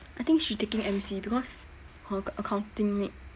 I think she taking M_C because her acc~ accounting need